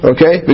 Okay